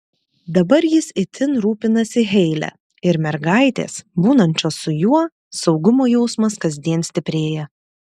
dabar jis itin rūpinasi heile ir mergaitės būnančios su juo saugumo jausmas kasdien stiprėja